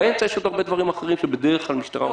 באמצע יש עוד הרבה דברים אחרים שבדרך כלל משטרה עוסקת בהם.